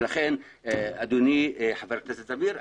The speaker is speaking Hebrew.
ולכן אדוני חבר הכנסת אמיר,